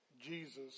Jesus